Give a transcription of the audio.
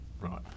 Right